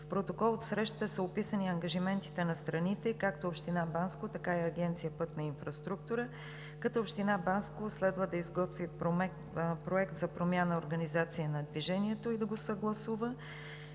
В протокол от срещата са описани ангажиментите на страните – както Община Банско, така и Агенция „Пътна инфраструктура“, като Община Банско следва да изготви проект за промяна на организацията на движението и да го съгласува,